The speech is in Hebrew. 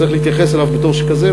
וצריך להתייחס אליו בתור שכזה,